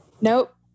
Nope